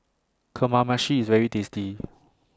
Kamameshi IS very tasty